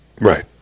Right